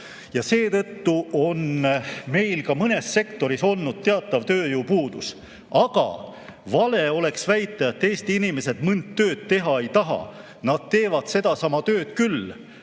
Seetõttu on meil mõnes sektoris olnud teatav tööjõupuudus. Aga vale oleks väita, et Eesti inimesed mõnd tööd teha ei taha. Nad teevad sedasama tööd küll,